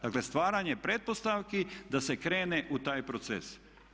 Dakle stvaranje pretpostavki da se krene u taj proces.